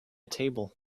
table